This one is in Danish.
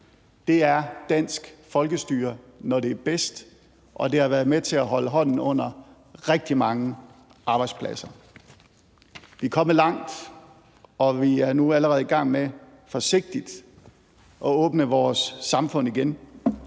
Det er dansk folkestyre, når det er bedst, og det har været med til at holde hånden under rigtig mange arbejdspladser. Vi er kommet langt, og vi er nu allerede i gang med forsigtigt at åbne vores samfund igen,